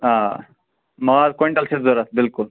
آ ماز کۄینٹَل چھُ ضروٗرت بالکل